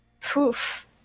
Poof